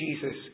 Jesus